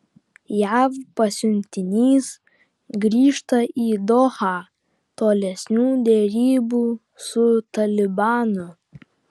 jav pasiuntinys grįžta į dohą tolesnių derybų su talibanu